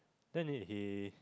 then he he